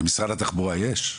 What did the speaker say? למשרד התחבורה יש?